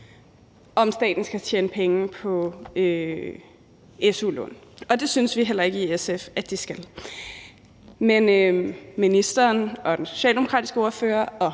om staten skal tjene penge på su-lån. Det synes vi heller ikke i SF at staten skal, men som ministeren, den socialdemokratiske ordfører og